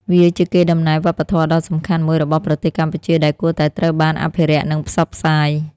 វាជាកេរដំណែលវប្បធម៌ដ៏សំខាន់មួយរបស់ប្រទេសកម្ពុជាដែលគួរតែត្រូវបានអភិរក្សនិងផ្សព្វផ្សាយ។